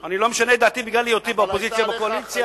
אני לא משנה את דעתי בגלל היותי באופוזיציה או בקואליציה.